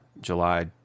july